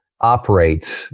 operate